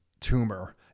tumor